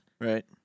Right